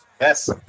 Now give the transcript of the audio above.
Yes